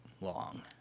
long